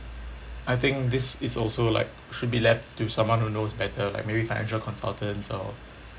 I think this is also like should be left to someone who knows better like maybe financial consultants or